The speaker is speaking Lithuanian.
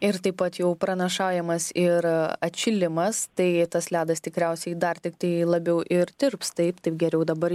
ir taip pat jau pranašaujamas ir atšilimas tai tas ledas tikriausiai dar tiktai labiau ir tirps taip taip geriau dabar